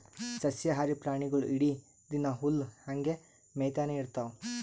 ಸಸ್ಯಾಹಾರಿ ಪ್ರಾಣಿಗೊಳ್ ಇಡೀ ದಿನಾ ಹುಲ್ಲ್ ಹಂಗೆ ಮೇಯ್ತಾನೆ ಇರ್ತವ್